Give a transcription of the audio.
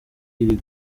uruguay